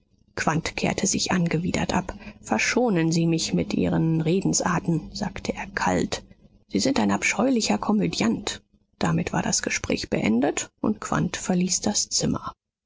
kehrte sich angewidert ab verschonen sie mich mit ihren redensarten sagte er kalt sie sind ein abscheulicher komödiant damit war das gespräch beendet und quandt verließ das zimmer